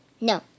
No